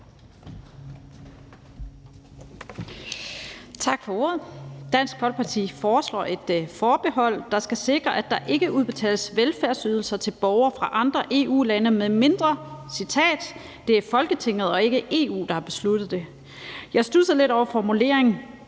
Tak for ordet. Dansk Folkeparti foreslår et forbehold, der skal sikre, at der ikke udbetales velfærdsydelser til borgere fra andre EU-lande, citat: »medmindre det er Folketinget, og ikke EU, der har besluttet det«. Jeg studsede lidt over formuleringen